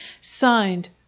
signed